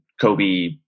Kobe